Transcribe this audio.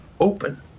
open